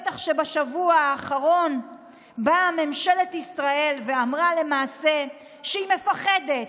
בטח שבשבוע האחרון באה ממשלת ישראל ואמרה למעשה שהיא מפחדת,